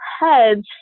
heads